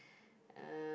uh